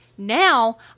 now